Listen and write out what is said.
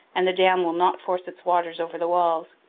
and the dam will not force its waters over the walls.